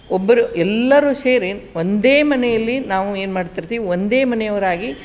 ಒಬ್ಬರು ಎಲ್ಲರೂ ಸೇರಿ ಒಂದೇ ಮನೆಯಲ್ಲಿ ನಾವು ಏನು ಮಾಡ್ತಿರ್ತೀವಿ ಒಂದೇ ಮನೆಯವರಾಗಿ